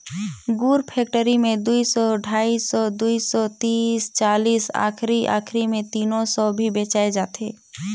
गुर फेकटरी मे दुई सौ, ढाई सौ, दुई सौ तीस चालीस आखिरी आखिरी मे तीनो सौ भी बेचाय जाथे